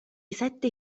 sette